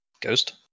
Ghost